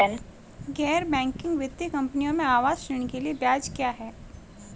गैर बैंकिंग वित्तीय कंपनियों में आवास ऋण के लिए ब्याज क्या है?